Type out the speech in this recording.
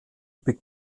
big